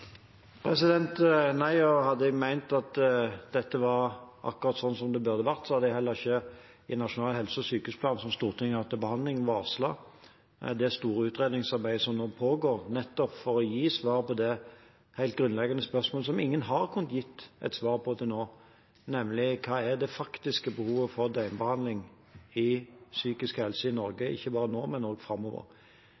Hadde jeg ment at dette var akkurat sånn som det burde vært, hadde jeg heller ikke – i Nasjonal helse- og sykehusplan, som Stortinget har hatt til behandling – varslet det store utredningsarbeidet som nå pågår, nettopp for å gi svar på det helt grunnleggende spørsmålet som ingen har kunnet gi et svar på til nå, nemlig hva som er det faktiske behovet for døgnbehandling i psykisk helse i Norge,